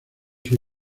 sus